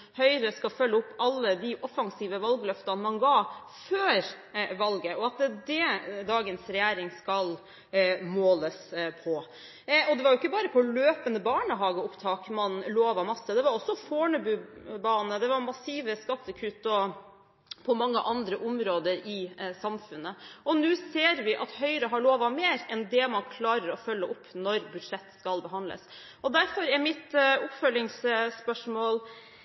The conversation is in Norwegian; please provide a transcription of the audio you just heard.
Høyre skal følge opp alle de offensive valgløftene man ga før valget, og at det er dét dagens regjering skal måles på. Det var jo ikke bare på løpende barnehageopptak man lovet en masse – det var også Fornebubane, det var massive skattekutt, og det var på mange andre områder i samfunnet. Nå ser vi at Høyre har lovet mer enn man klarer å følge opp når budsjettet skal behandles, og derfor er mitt oppfølgingsspørsmål